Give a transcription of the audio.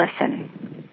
listen